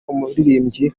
umuririmbyi